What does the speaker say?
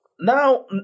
Now